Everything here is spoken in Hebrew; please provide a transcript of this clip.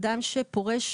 אדם שפורש